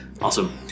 awesome